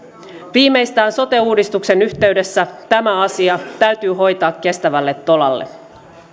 viimeistään sote uudistuksen yhteydessä tämä asia täytyy hoitaa kestävälle tolalle